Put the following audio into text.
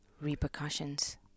repercussions